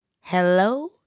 Hello